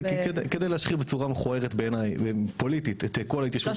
כדי להשחיר בצורה מכוערת בעיני פוליטית את כל ההתיישבות ביהודה ושומרון.